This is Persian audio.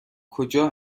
کجا